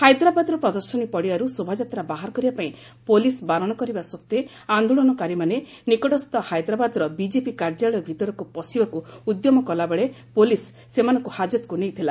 ହାଇଦ୍ରାବାଦର ପ୍ରଦର୍ଶନୀ ପଡ଼ିଆରୁ ଶୋଭାଯାତ୍ରା ବାହାର କରିବା ପାଇଁ ପୁଲିସ୍ ବାରଣ କରିବା ସତ୍ତ୍ୱେ ଆନ୍ଦୋଳନକାରୀମାନେ ନିକଟସ୍ଥ ହାଇଦ୍ରାବାଦର ବିଜେପି କାର୍ଯ୍ୟାଳୟ ଭିତରକୁ ପସିବାକୁ ଉଦ୍ୟମ କଲାବେଳେ ପୁଲିସ୍ ସେମାନଙ୍କୁ ହାଜତକୁ ନେଇଥିଲା